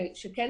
ולכן